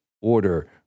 order